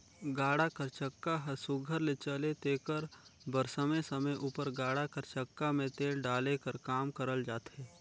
गाड़ा कर चक्का हर सुग्घर ले चले तेकर बर समे समे उपर गाड़ा कर चक्का मे तेल डाले कर काम करल जाथे